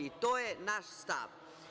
To je naš stav.